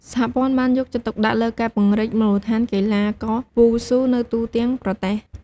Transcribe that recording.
សហព័ន្ធបានយកចិត្តទុកដាក់លើការពង្រីកមូលដ្ឋានកីឡាករវ៉ូស៊ូនៅទូទាំងប្រទេស។